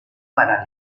para